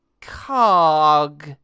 Cog